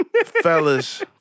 fellas